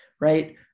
right